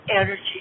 energy